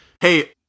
hey